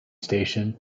station